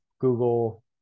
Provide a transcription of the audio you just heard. Google